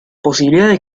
posibilidades